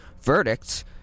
Verdicts